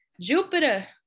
jupiter